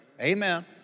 amen